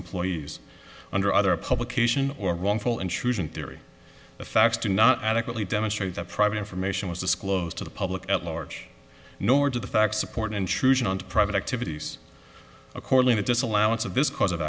employees under other publication or wrongful intrusion theory the facts do not adequately demonstrate that private information was disclosed to the public at large nor to the facts support an intrusion on private activities according to disallowance of this cause of